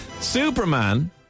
Superman